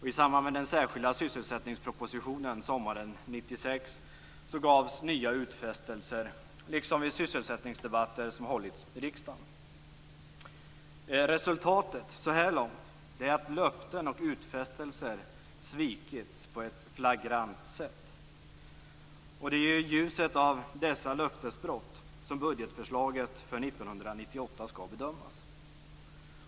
I samband med den särskilda sysselsättningspropositionen sommaren 1996 gavs nya utfästelser liksom vid sysselsättningsdebatter som hållits i riksdagen. Resultatet så här långt är att löften och utfästelser svikits på ett flagrant sätt. Det är i ljuset av dessa löftesbrott som budgetförslaget för 1998 skall bedömas.